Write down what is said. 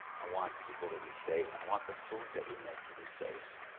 i want people to be safe. i want the food that we make to be safe,